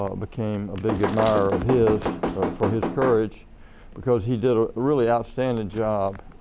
ah became a big admirer of his for his courage because he did a really outstanding job.